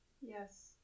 Yes